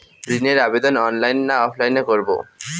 ঋণের আবেদন অনলাইন না অফলাইনে করব?